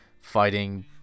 fighting